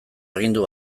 agindu